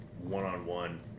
one-on-one